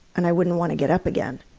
and i wouldn't want to get up again.